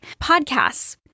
Podcasts